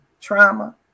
trauma